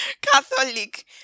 Catholic